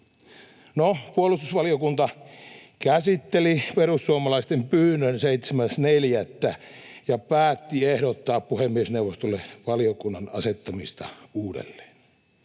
puolustusvaliokunta käsitteli perussuomalaisten pyynnön 7.4. ja päätti ehdottaa puhemiesneuvostolle valiokunnan asettamista uudelleen.